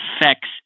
affects